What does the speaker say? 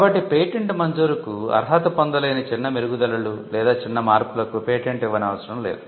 కాబట్టి పేటెంట్ మంజూరుకు అర్హత పొందలేని చిన్న మెరుగుదలలు లేదా చిన్న మార్పులకు పేటెంట్ ఇవ్వనవసరం లేదు